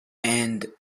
and